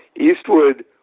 Eastwood